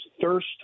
thirst